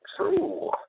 true